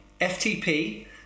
FTP